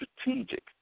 strategic